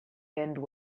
end